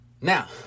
now